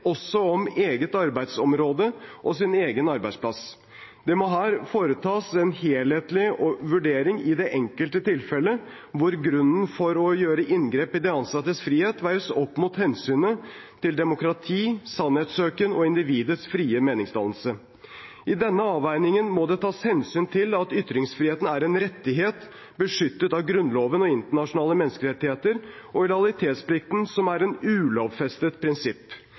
også om eget arbeidsområde og sin egen arbeidsplass. Det må her foretas en helhetlig vurdering i det enkelte tilfellet, hvor grunnen til å gjøre inngrep i den ansattes frihet veies opp mot hensynet til demokrati, sannhetssøken og individets frie meningsdannelse. I denne avveiningen må det tas hensyn til at ytringsfriheten er en rettighet beskyttet av Grunnloven og internasjonale menneskerettigheter, og lojalitetsplikten, som er et ulovfestet prinsipp.